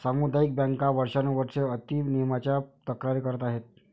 सामुदायिक बँका वर्षानुवर्षे अति नियमनाच्या तक्रारी करत आहेत